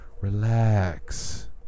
Relax